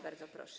Bardzo proszę.